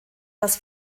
das